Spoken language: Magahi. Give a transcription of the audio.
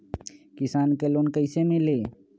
किसान के लोन कैसे मिली?